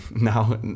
now